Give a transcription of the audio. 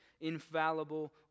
infallible